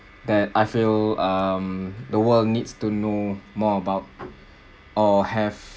that I feel um the world needs to know more about or have